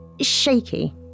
shaky